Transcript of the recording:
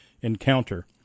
encounter